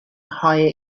higher